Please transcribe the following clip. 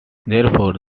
therefore